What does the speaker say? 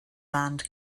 band